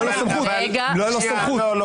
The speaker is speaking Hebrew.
לא הייתה לו סמכות.